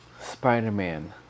Spider-Man